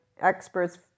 experts